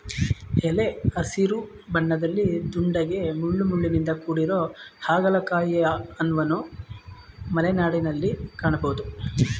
ಎಲೆ ಹಸಿರು ಬಣ್ಣದಲ್ಲಿ ದುಂಡಗೆ ಮುಳ್ಳುಮುಳ್ಳಿನಿಂದ ಕೂಡಿರೊ ಹಾಗಲಕಾಯಿಯನ್ವನು ಮಲೆನಾಡಲ್ಲಿ ಕಾಣ್ಬೋದು